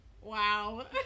Wow